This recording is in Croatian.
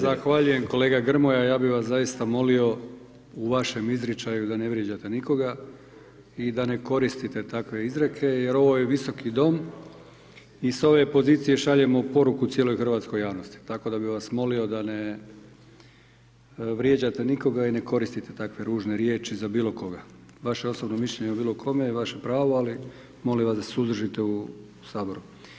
Zahvaljujem kolega Grmoja, ja bi vas zaista molio u vašem izričaju da ne vrijeđate nikoga i da ne koristite takve izrijeke jer ovo je Visoki dom i s ove pozicije šaljemo poruku cijeloj hrvatskoj javnosti tako da bi vas molio da ne vrijeđate nikoga i ne koristite takve ružne riječi za bilo koga, vaše osobno mišljenje o bilo kome je vaše pravo ali molim vas da se suzdržite u Saboru.